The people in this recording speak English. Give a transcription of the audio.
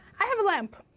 i have a lamp.